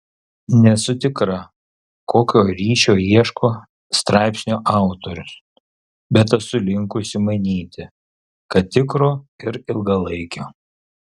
nesu tikra kokio ryšio ieško straipsnio autorius bet esu linkusi manyti kad tikro ir ilgalaikio